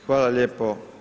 Hvala lijepo.